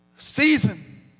Season